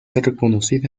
reconocida